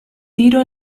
tiro